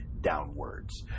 downwards